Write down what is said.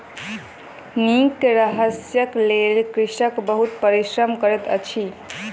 नीक शस्यक लेल कृषक बहुत परिश्रम करैत अछि